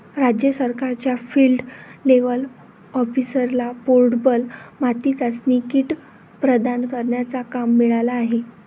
राज्य सरकारच्या field level ऑफिसरला पोर्टेबल माती चाचणी किट प्रदान करण्याचा काम मिळाला आहे